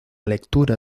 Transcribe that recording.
lectura